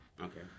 Okay